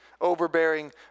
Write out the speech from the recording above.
overbearing